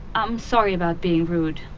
i'm sorry about being rude,